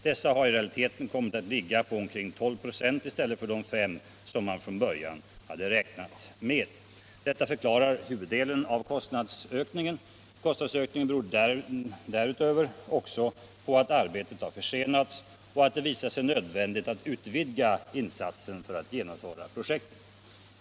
Dessa har i realiteten kommit att ligga på omkring 12 96 i stället för de 5 96 som man från början hade räknat med. Detta förklarar huvuddelen av kostnadsökningen. Kostnadsökningen beror emellertid också på att arbetet har försenats och att det visat sig nödvändigt att utvidga insatsen för att genomföra projektet.